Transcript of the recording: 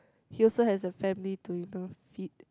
he also has a family to you know feed